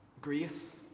Grace